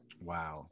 Wow